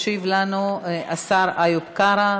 ישיב לנו השר איוב קרא.